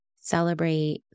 celebrate